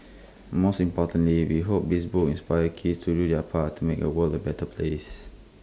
most importantly we hope this book inspire kids to do their part to make A world the better place